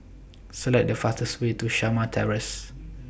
Select The fastest Way to Shamah Terrace